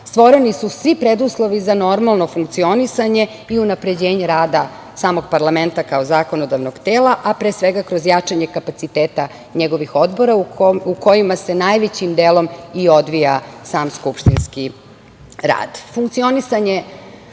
stvoreni su svi preduslovi za normalno funkcionisanje i unapređenje rada samog parlamenta kao zakonodavnog tela, a pre svega kroz jačanje kapaciteta njegovih odbora, u kojima se najvećim delom i odvija sam skupštinski